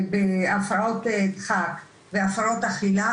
הפרעות דחק והפרעות אכילה,